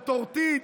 וטורטית,